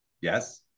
Yes